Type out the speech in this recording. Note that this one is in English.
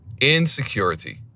Insecurity